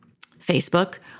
Facebook